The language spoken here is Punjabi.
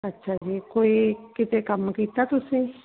ਅੱਛਾ ਜੀ ਕੋਈ ਕਿਤੇ ਕੰਮ ਕੀਤਾ ਤੁਸੀਂ